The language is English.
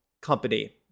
Company